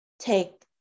take